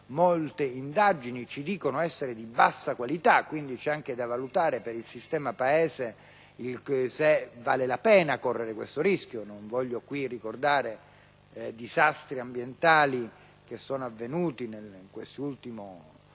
molte indagini ci dicono essere di bassa qualità. Quindi bisogna anche valutare per il sistema Paese se vale la pena correre questo rischio. Non voglio qui ricordare disastri ambientali avvenuti in questo ultimo periodo